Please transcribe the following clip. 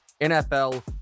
NFL